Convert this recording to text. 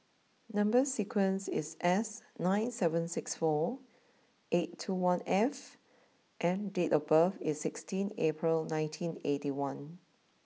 number sequence is S nine seven six four eight two one F and date of birth is sixteen April nineteen eighty one